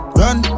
run